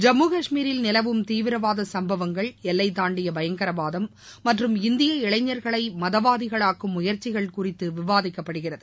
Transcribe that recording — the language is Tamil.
ஜம்மு கஷ்மீரில் நிலவும் தீவிரவாத சம்பவங்கள் எல்லைதாண்டிய பயங்கரவாதம் மற்றும் இந்திய இளைஞர்களை மதவாதிகளாக்கும் முயற்சிகள் குறித்து விவாதிக்கப்படுகிறது